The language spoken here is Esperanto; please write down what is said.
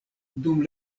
dum